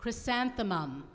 chrysanthemum